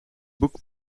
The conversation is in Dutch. boek